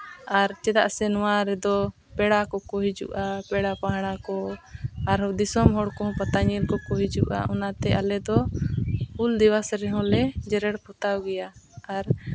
ᱟᱨ ᱪᱮᱫᱟᱜ ᱥᱮ ᱱᱚᱣᱟ ᱨᱮᱫᱚ ᱯᱮᱲᱟ ᱠᱚᱠᱚ ᱦᱤᱡᱩᱜᱼᱟ ᱯᱮᱲᱟ ᱯᱟᱹᱲᱦᱟᱹ ᱠᱚ ᱟᱨᱦᱚᱸ ᱫᱤᱥᱚᱢ ᱦᱚᱲ ᱠᱚᱸᱦᱚ ᱯᱟᱛᱟ ᱧᱮᱞ ᱠᱚᱠᱚ ᱦᱤᱡᱩᱜᱼᱟ ᱚᱱᱟᱛᱮ ᱟᱞᱮ ᱫᱚ ᱦᱩᱞ ᱫᱤᱵᱚᱥ ᱨᱮᱦᱚᱸᱞᱮ ᱡᱮᱨᱮᱲ ᱯᱚᱛᱟᱣ ᱜᱮᱭᱟ ᱟᱨ